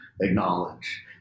acknowledge